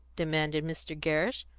demanded mr. gerrish,